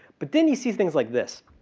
but then he sees things like this.